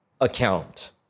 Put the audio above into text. account